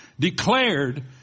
declared